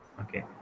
Okay